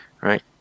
right